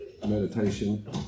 meditation